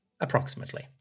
approximately